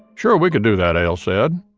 sure, we could do that, ailes said.